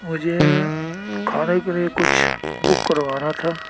مجھے کھانے کے لیے کچھ بک کروانا تھا